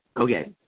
okay